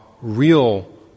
real